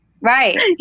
Right